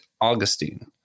augustine